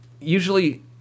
Usually